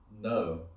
No